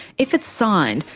if it's signed,